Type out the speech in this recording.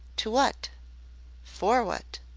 to what for what?